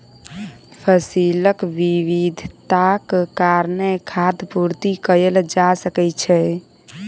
फसीलक विविधताक कारणेँ खाद्य पूर्ति कएल जा सकै छै